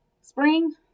spring